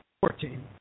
Fourteen